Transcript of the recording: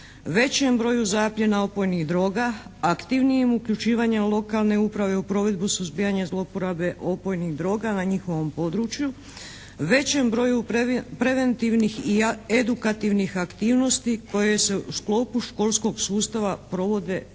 većem broju zaplijena opojnih droga, aktivnijim uključivanjem lokalne uprave u provedbu suzbijanja zlouporabe opojnih droga na njihovom području, većem broju preventivnih i edukativnih aktivnosti koje se u sklopu školskog sustava provode u